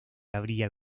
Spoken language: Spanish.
habría